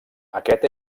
aquest